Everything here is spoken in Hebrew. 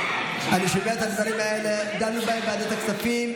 אני שומע את הדברים האלה, דנו בהם בוועדת הכספים.